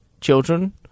children